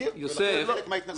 זה לא רק התנגדות.